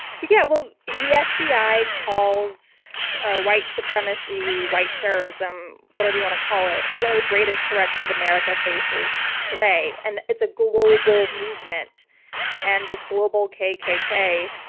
yeah well, the the fbi calls ah white supremacy, white terrorism, whatever you want to call it, one of the greatest threats that america faces today. and it's a global movement and this global kkk,